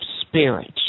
spirits